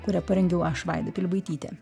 kurią parengiau aš vaida pilibaitytė